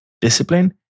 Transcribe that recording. discipline